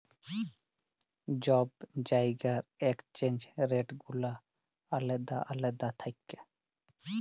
ছব জায়গার exchange rate গুলা আলেদা আলেদা থ্যাকে